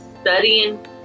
studying